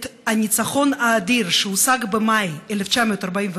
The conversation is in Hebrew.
את הניצחון האדיר שהושג במאי 1945,